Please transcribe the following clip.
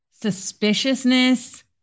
suspiciousness